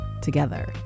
together